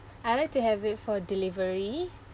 I'd like to have it for delivery